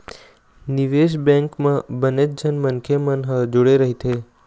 निवेश बेंक म बनेच झन मनखे मन ह जुड़े रहिथे